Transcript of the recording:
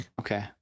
Okay